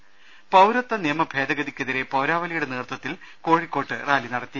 ദർവ്വെടു പൌരത്വ നിയമഭേദഗതിക്കെതിരെ പൌരാവലിയുടെ നേതൃത്വത്തിൽ കോ ഴിക്കോട്ട് റാലി നടത്തി